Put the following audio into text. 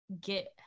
get